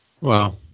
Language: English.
Wow